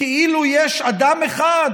כאילו יש אדם אחד,